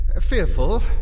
fearful